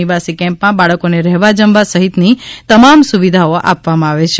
નિવાસી કેમ્પમાં બાળકોને રહેવા જમવા સહિતની તમામ સુવિધાઓ આપવામાં આવે છે